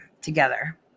together